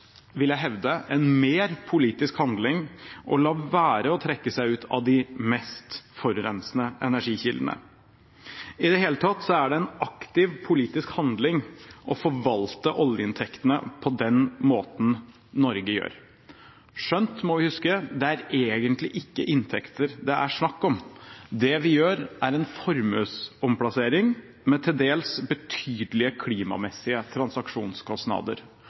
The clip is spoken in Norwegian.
vil jeg hevde, en mer politisk handling å la være å trekke seg ut av de mest forurensende energikildene. I det hele tatt er det en aktiv politisk handling å forvalte oljeinntektene på den måten Norge gjør. Skjønt vi må huske at det egentlig ikke er inntekter det er snakk om. Det vi gjør, er en formuesomplassering med til dels betydelige klimamessige transaksjonskostnader,